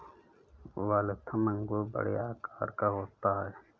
Waltham अंगूर बड़े आकार का होता है